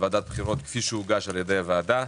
וועדת בחירות כפי שהוגש ע"י הוועדה.